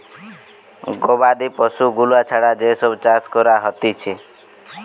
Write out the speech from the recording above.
গবাদি পশু গুলা ছাড়া যেই সব চাষ করা হতিছে